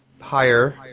higher